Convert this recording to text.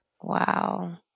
Wow